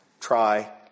Try